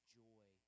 joy